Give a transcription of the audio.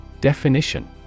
Definition